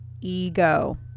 ego